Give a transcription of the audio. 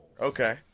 Okay